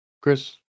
Chris